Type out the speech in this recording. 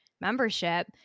membership